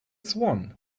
swan